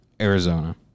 Arizona